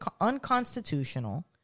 unconstitutional